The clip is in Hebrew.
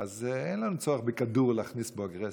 אז אין לנו צורך להכניס בכדור אגרסיות.